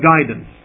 guidance